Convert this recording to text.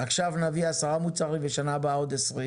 עכשיו נביא עשרה מוצרים ובשנה הבאה עוד עשרים